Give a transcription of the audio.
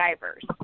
divers